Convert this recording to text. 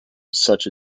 such